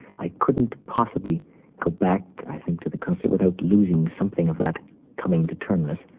i couldn't possibly go back, i think, to the concert without losing something of that coming to term-ness.